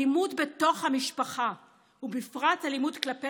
אלימות בתוך המשפחה ובפרט אלימות כלפי